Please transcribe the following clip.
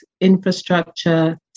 infrastructure